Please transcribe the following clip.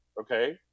okay